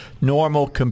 normal